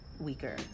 weaker